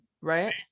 right